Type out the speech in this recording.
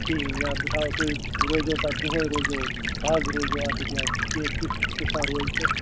کِہیٖنٛۍ یا بہٕ تھاوَو تُہۍ روزٮ۪و پتہٕ دۄہٕے روزٮ۪و دَگ روزٮ۪و اَتھ یا تٮُ۪تھ قٕصا روزِ تہٕ